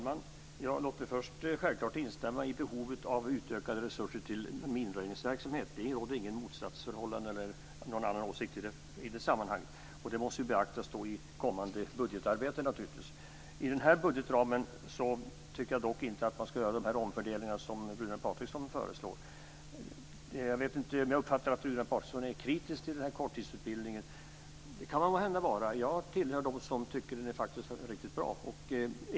Fru talman! Låt mig först självklart instämma i behovet av utökade resurser till minröjningsverksamhet. Det råder inte något motsatsförhållande eller annan åsikt i detta sammanhang. Det måste naturligtvis beaktas i det kommande budgetarbetet. I den här budgetramen tycker jag dock inte att man ska göra de omfördelningar som Runar Patriksson föreslår. Jag uppfattade att Runar Patriksson är kritisk till den här korttidsutbildningen. Det kan man måhända vara. Jag tillhör dem som tycker att den är riktigt bra.